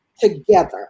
together